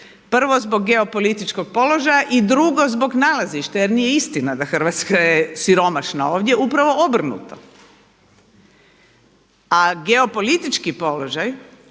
prvo zbog geopolitičkog položaja i drugo zbog nalazišta jer nije istina da Hrvatska je siromašna. Ovdje upravo obrnuto. A geopolitički položaj